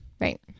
Right